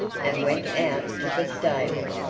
and went out to the stable,